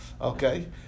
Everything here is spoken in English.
Okay